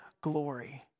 glory